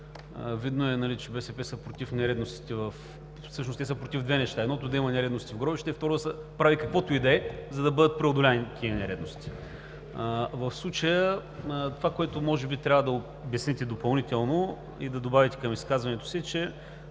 Видно е, че БСП са против нередностите. Всъщност те са против две неща – едното е, че има нередности в гробищата, и, второ, да се прави каквото и да е, за да бъдат преодолени тези нередности. В случая това, което може би трябва да обясните допълнително и да добавите към изказването си, е,